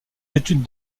études